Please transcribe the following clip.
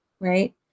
right